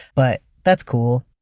but that's cool.